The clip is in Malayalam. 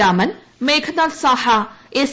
Raman Meghnad Saha S